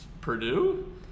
Purdue